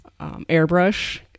airbrush